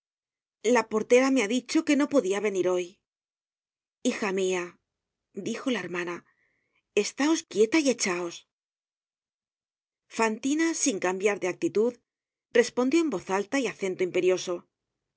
la portera me ha dicho que no podia venir hoy hija mia dijo la hermana estaos quieta y echáos fantina sin cambiar de actitud respondió en voz alta y acento imperioso no